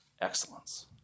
excellence